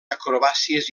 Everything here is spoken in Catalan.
acrobàcies